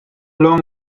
long